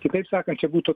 kitaip sakant čia būtų